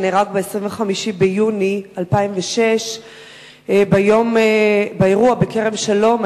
שנהרג ב-25 ביוני 2006 באירוע בכרם-שלום,